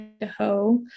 Idaho